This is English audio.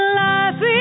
life